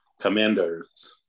commanders